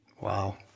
Wow